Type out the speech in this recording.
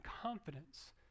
confidence